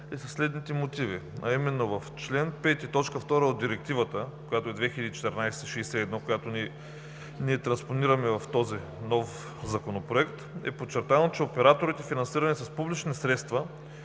е със следните мотиви, а именно: в чл. 5, т. 2 от Директивата, която е 2014/61, която ние транспонираме в този нов законопроект е подчертано, че: „Операторите, финансирани с публични средства,